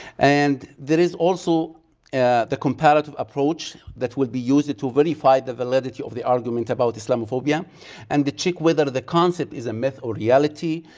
and there is also the comparative approach that will be used to verify the validity of the argument about islamophobia and to check whether the concept is a myth or reality.